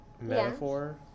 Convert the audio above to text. metaphor